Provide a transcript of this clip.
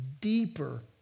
deeper